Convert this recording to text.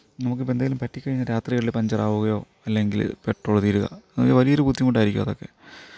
നമുക്കിപ്പോൾ എന്തെലും പറ്റിക്കഴിഞ്ഞാൽ രാത്രികളിൽ പഞ്ചറാവുകയോ അല്ലെങ്കിൽ പെട്രോള് തീരുക വലിയൊരു ബുദ്ധിമുട്ടായിരിക്കും അതൊക്കെ